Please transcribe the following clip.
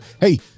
hey